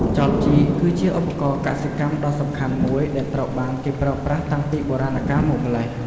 ចបជីក គឺជាឧបករណ៍កសិកម្មដ៏សំខាន់មួយ ដែលត្រូវបានគេប្រើប្រាស់តាំងពីបុរាណកាលមកម្ល៉េះ។